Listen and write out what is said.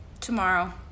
Tomorrow